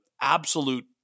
absolute